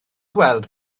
gweld